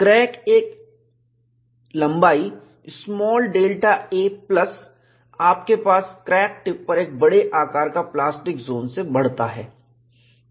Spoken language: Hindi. क्रैक एक लंबाई स्मॉल Δ a प्लसआपके पास क्रैक टिप पर एक बड़े आकार का प्लास्टिक जोन से बढ़ता है